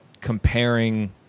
comparing